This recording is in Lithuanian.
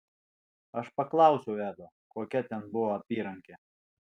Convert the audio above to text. aš paklausiau edo kokia ten buvo apyrankė